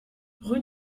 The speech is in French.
rue